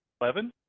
eleven